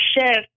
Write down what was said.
shift